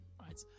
right